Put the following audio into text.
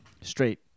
Straight